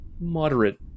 moderate